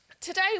today